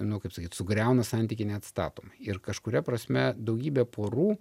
nu kaip sakyt sugriauna santykį neatstatomai ir kažkuria prasme daugybė porų